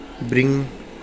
bring